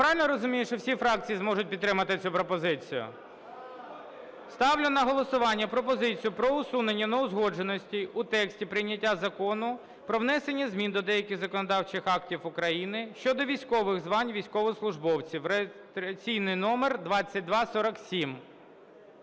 Я правильно розумію, що всі фракції зможуть підтримати цю пропозицію? Ставлю на голосування пропозицію про усунення неузгодженостей у тексті прийняття Закону про внесення змін до деяких законодавчих актів України щодо військових звань військовослужбовців (реєстраційний номер 2247).